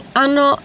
hanno